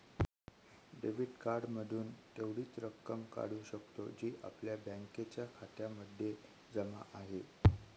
debit card मधून तेवढीच रक्कम काढू शकतो, जी आपल्या बँकेच्या खात्यामध्ये जमा आहे